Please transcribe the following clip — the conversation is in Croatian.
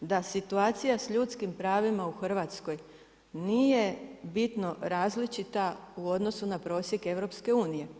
da situacija s ljudskim pravima u Hrvatskoj, nije bitno različita u odnosu na prosijeku EU.